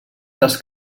les